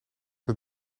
het